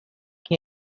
che